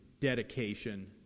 dedication